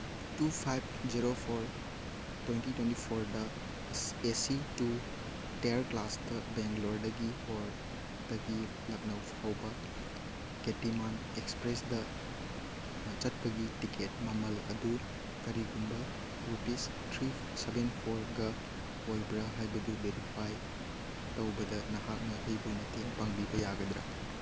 two five zero four twenty twenty ꯐꯣꯔꯗ A C two tier ꯀ꯭ꯂꯥꯁꯇ ꯕꯦꯡꯒ꯭ꯂꯣꯔꯗꯒꯤ ꯄꯣꯔꯠꯇꯒꯤ ꯂꯛꯅꯧ ꯐꯥꯎꯕ ꯀꯦꯇꯤꯃꯥꯟ ꯑꯦꯛꯁꯄ꯭ꯔꯦꯁꯇ ꯆꯠꯄꯒꯤ ꯇꯤꯀꯦꯠ ꯃꯃꯜ ꯑꯗꯨ ꯀꯔꯤꯒꯨꯝꯕ ꯔꯨꯄꯤꯁ ꯊ꯭ꯔꯤ ꯁꯚꯦꯟ ꯐꯣꯔꯒ ꯑꯣꯏꯕ꯭ꯔꯥ ꯍꯥꯏꯕꯗꯨ ꯚꯦꯔꯤꯐꯥꯏ ꯇꯧꯕꯗ ꯅꯍꯥꯛꯅ ꯑꯩꯕꯨ ꯃꯇꯦꯡ ꯄꯥꯡꯕꯤꯕ ꯌꯥꯒꯗ꯭ꯔꯥ